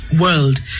world